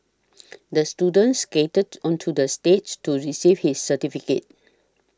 the student skated onto the stage to receive his certificate